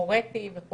הוריתי" וכו',